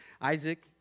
Isaac